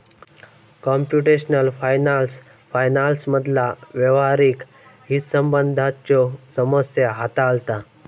computational finance फायनान्समधला व्यावहारिक हितसंबंधांच्यो समस्या हाताळता